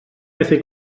methu